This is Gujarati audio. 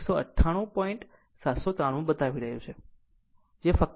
793 બતાવી રહ્યું છે પરંતુ તે ફક્ત જોવે છે